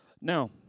Now